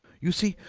you see,